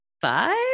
five